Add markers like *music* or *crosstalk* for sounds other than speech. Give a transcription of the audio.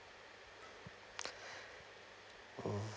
*noise* *noise*